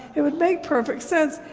it would make perfect sense,